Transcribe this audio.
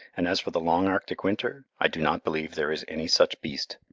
and as for the long arctic winter, i do not believe there is any such beast,